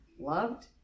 loved